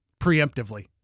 preemptively